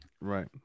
right